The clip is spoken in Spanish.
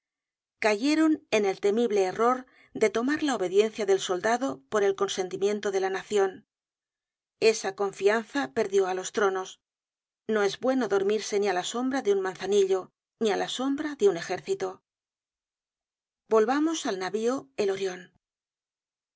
cayeron en el temible error de tomar la obediencia del soldado por el consentimiento de la nacion esa confianza perdió á los tronos no es bueno dormirse ni á la sombra de un manzanillo ni á la sombra de un ejército content from google book search generated at volvamos al navio el orion